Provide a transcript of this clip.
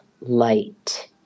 light